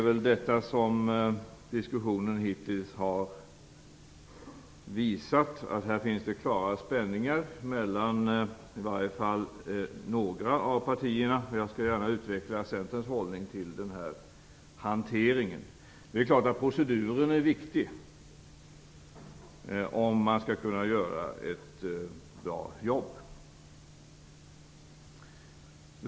Vad diskussionen hittills har visat är väl att här finns det klara spänningar mellan i varje fall några av partierna. Jag skall gärna utveckla Centerns hållning beträffande den här hanteringen. Det är klart att proceduren är viktig om man skall kunna göra ett bra jobb.